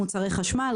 מוצרי חשמל,